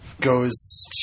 Goes